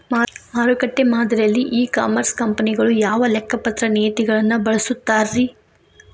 ಮಾರುಕಟ್ಟೆ ಮಾದರಿಯಲ್ಲಿ e commerce ಕಂಪನಿಗಳು ಯಾವ ಲೆಕ್ಕಪತ್ರ ನೇತಿಗಳನ್ನ ಬಳಸುತ್ತಾರಿ?